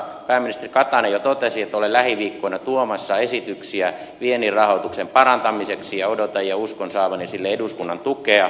pääministeri katainen jo totesi että olen lähiviikkoina tuomassa esityksiä viennin rahoituksen parantamiseksi ja odotan ja uskon saavani sille eduskunnan tukea